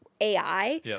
ai